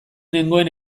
nengoen